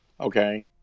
Okay